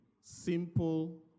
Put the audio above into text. Simple